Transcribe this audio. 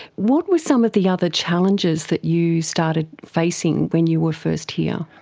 what were some of the other challenges that you started facing when you were first here?